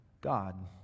God